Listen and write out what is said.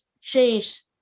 change